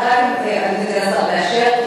רק אם השר מאשר,